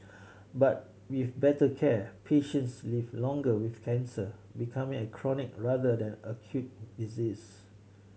but with better care patients live longer with cancer becoming a chronic rather than acute disease